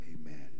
amen